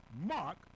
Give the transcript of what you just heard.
mark